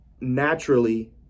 naturally